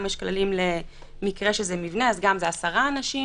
יש גם כללים למקרה שזה מבנה כשזה גם עשרה אנשים,